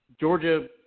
Georgia